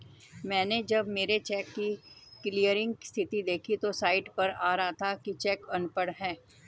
मैनें जब मेरे चेक की क्लियरिंग स्थिति देखी तो साइट पर आ रहा था कि चेक अनपढ़ है